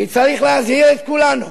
כי צריך להזהיר את כולנו